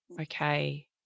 Okay